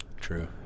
True